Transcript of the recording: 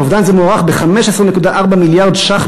אובדן זה מוערך ב-15.4 מיליארד שקל